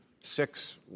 six